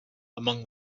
among